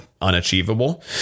unachievable